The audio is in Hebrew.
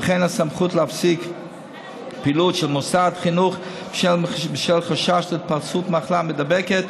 וכן הסמכות להפסיק פעילות של מוסד חינוך בשל חשש להתפרצות מחלה מידבקת,